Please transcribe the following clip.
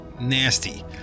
nasty